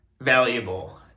valuable